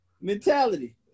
mentality